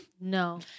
No